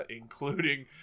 including